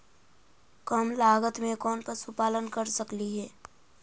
कम लागत में कौन पशुपालन कर सकली हे?